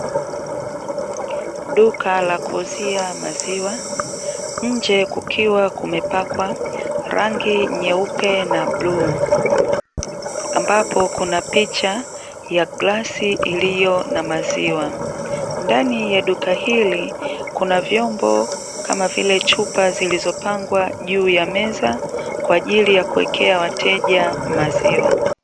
Duka la kuuzia maziwa ambapo nje kukiwa kumepakwa rangi nyeupe na bluu ambapo kuna picha ya glasi iliyo na maziwa. Ndani ya duka hili kuna vyombo kama vile chupa zilizopangwa juu ya meza kwa ajili ya kuekea wateja maziwa.